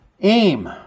aim